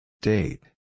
Date